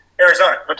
Arizona